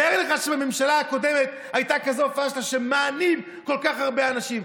תאר לך שבממשלה הקודמת הייתה כזאת פשלה שמענים כל כך הרבה אנשים.